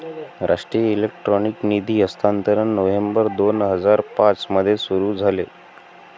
राष्ट्रीय इलेक्ट्रॉनिक निधी हस्तांतरण नोव्हेंबर दोन हजार पाँच मध्ये सुरू झाले